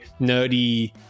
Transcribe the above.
nerdy